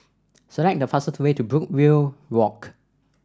select the fastest way to Brookvale Walk